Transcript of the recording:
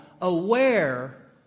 aware